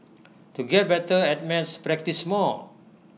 to get better at maths practise more